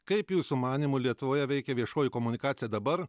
kaip jūsų manymu lietuvoje veikia viešoji komunikacija dabar